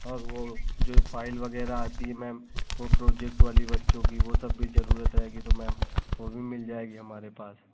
और वह जो फ़ाइल वग़ैरह आती है मैम वह प्रोजेक्ट वाली बच्चों की वह सब भी ज़रूरत रहेगी तो मैम वह भी मिल जाएगी हमारे पास